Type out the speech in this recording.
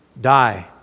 die